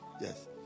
Yes